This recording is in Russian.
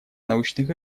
научных